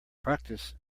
practice